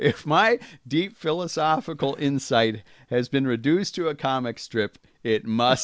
it's my deep philosophical inside has been reduced to a comic strip it must